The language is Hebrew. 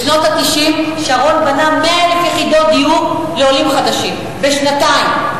בשנות ה-90 שרון בנה 100,000 יחידות דיור לעולים חדשים בשנתיים.